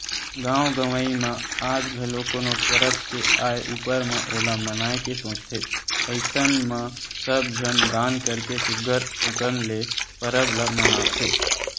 गाँव गंवई म आज घलो कोनो परब के आय ऊपर म ओला मनाए के सोचथे अइसन म सब झन दान करके सुग्घर अंकन ले परब ल मनाथे